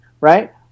right